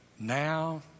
now